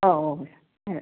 ഓ ഓ അതെ